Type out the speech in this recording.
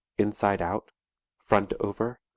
inside-out, front over,